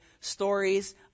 stories